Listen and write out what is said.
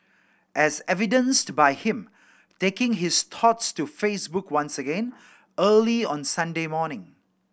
as evidenced by him taking his thoughts to Facebook once again early on Sunday morning